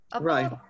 Right